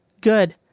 Good